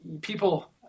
people